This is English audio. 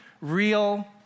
real